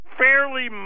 fairly